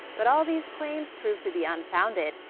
but all these claims proved to be unfounded,